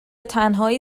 تنهایی